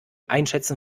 einschätzen